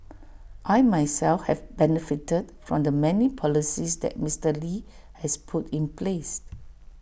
I myself have benefited from the many policies that Mister lee has put in place